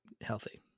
healthy